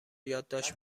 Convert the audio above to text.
یادداشت